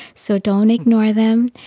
so don't ignore them,